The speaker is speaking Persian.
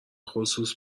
خصوص